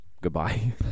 Goodbye